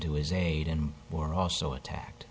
to his aid and were also attacked